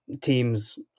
teams